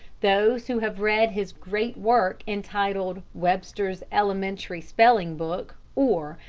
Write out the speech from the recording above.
those who have read his great work entitled webster's elementary spelling-book, or,